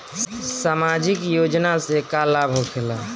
समाजिक योजना से का लाभ होखेला?